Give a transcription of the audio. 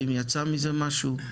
האם יצא מזה משהו,